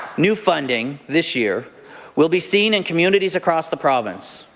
new funding this year will be seen in communities across the province.